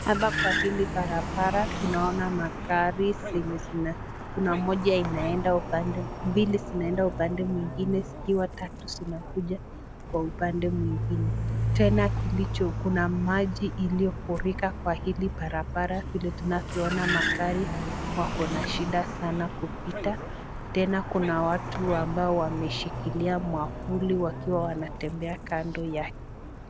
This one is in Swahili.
Hapa kwa hili barabara tunaona magari zenye zina kuna moja inaenda upande mbili zinaenda upande mwingine zikiwa tatu zinakuja kwa upande mwingine. Tena kilicho kuna maji iliyofurika kwa hili barabara vile tunavyoona magari wako na shida sana kupita. Tena kuna watu ambao wameshikilia mwavuli wakiwa wanatembea kando yake.